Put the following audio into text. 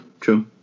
true